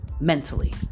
mentally